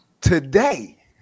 Today